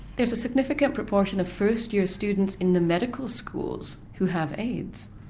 there's a significant proportion of first year students in the medical schools who have aids.